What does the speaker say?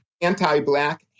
anti-black